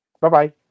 Bye-bye